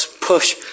push